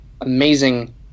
amazing